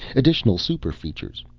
additional super-features.